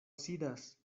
sidas